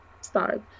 start